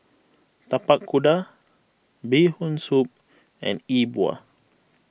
Tapak Kuda Bee Hoon Soup and E Bua